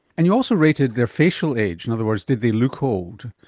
and you also rated their facial age, in other words, did they look old.